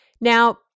Now